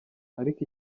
ariko